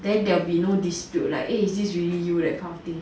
then there will be no dispute like eh is this really you is kind of thing